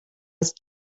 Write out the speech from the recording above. ist